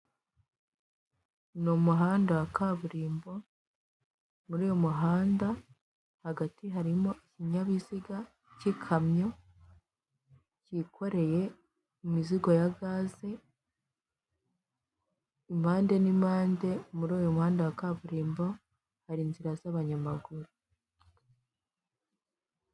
Ni umuhanda wa kaburimbo, muri uyu muhanda hagati harimo ikinyabiziga cy'ikamyo cyikoreye imizigo ya gaze, impande n'impande, muri uyu muhanda wa kaburimbo hari inzira z'abanyamaguru.